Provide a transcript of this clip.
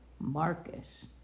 Marcus